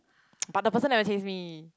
but the person never chase me